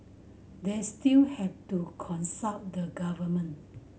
they still have to consult the government